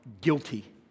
guilty